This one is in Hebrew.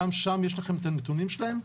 גם שם יש לכם הנתונים שלהם?